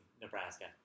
Nebraska